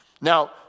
Now